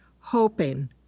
hoping